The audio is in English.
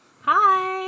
Hi